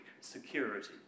Security